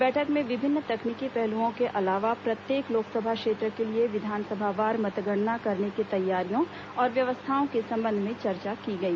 बैठक में विभिन्न तकनीकी पहलुओं के अलावा प्रत्येक लोकसभा क्षेत्र के लिए विधानसभावार मतगणना करने की तैयारियों और व्यवस्थाओं के संबंध में चर्चा की गई